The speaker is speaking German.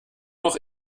noch